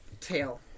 tail